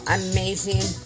amazing